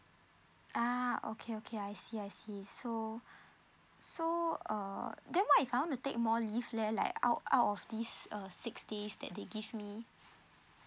ah okay okay I see I see so so uh then what if I want to take more leave leh like out out of these err six days that they give me